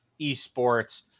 esports